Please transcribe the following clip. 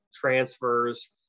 transfers